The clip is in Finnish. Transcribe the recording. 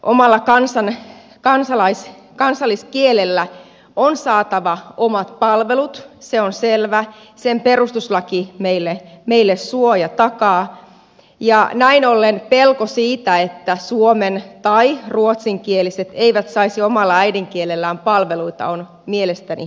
omalla kansalliskielellä on saatava omat palvelut se on selvä sen perustuslaki meille suo ja takaa ja näin ollen pelko siitä että suomen tai ruotsinkieliset eivät saisi omalla äidinkielellään palveluita on mielestäni turhaa